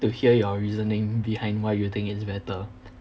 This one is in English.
to hear your reasoning behind why you think it's better